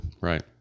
Right